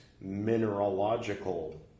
mineralogical